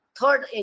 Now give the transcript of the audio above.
third